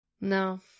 no